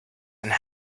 and